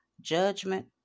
judgment